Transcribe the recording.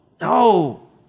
no